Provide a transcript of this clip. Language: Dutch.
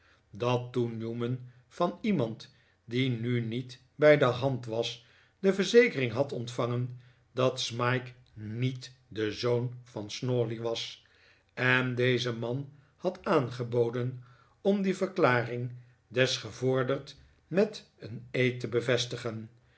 dat toen newman van iemand die nu niet bij de hand was de verzekering had ontvangen dat smike niet de zoon van snawley was en deze man had aangeboden om die verklaring desgevorderd met een eed te bevestigen